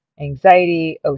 anxiety